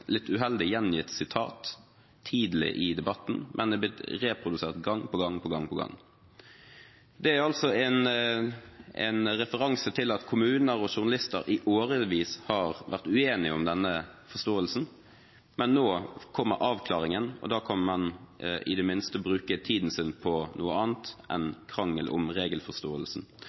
litt uheldig gjengitt sitat tidlig i debatten, men det er blitt reprodusert gang på gang. Det er en referanse til at kommuner og journalister i årevis har vært uenige om denne forståelsen, men nå kommer avklaringen, og da kan man i det minste bruke tiden sin på noe annet